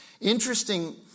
interesting